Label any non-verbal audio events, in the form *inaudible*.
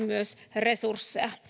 *unintelligible* myös resursseja